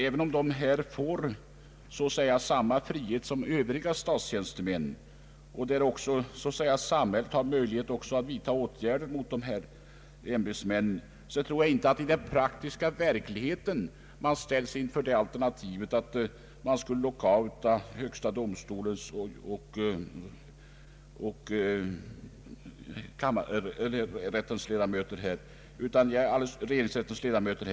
även om dessa ämbetsmän får samma frihet som övriga statstjänstemän liksom att samhället får möjlighet att i förekommande fall vidta åtgärder mot dem, tror jag inte att man i den praktiska verkligheten ställs inför alternativet att lockouta högsta domstolens och regeringsrättens ledamöter.